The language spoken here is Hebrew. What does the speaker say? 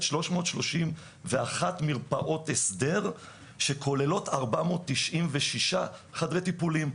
331 מרפאות הסדר שכוללות 496 חדרי טיפולים.